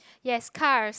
ya cars